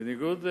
בניגוד לאירופה,